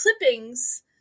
clippings